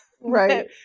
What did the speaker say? Right